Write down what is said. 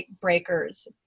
breakers